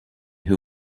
who